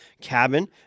cabin